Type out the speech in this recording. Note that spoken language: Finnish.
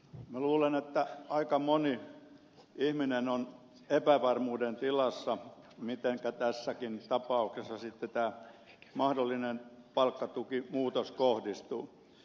minä luulen että aika moni ihminen on epävarmuuden tilassa mitenkä tässäkin tapauksessa sitten tämä mahdollinen palkkatukimuutos kohdistuu